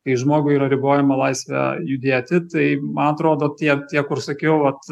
kai žmogui yra ribojama laisvė judėti tai man atrodo tie tie kur sakiau vat